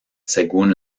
según